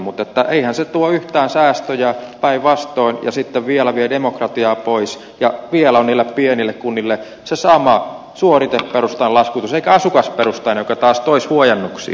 mutta eihän se tuo yhtään säästöjä päinvastoin ja sitten vielä vie demokratiaa pois ja vielä on niille pienille kunnille se sama suoriteperustainen laskutus eikä asukasperustainen joka taas toisi huojennuksia